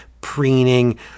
preening